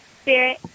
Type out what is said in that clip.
Spirit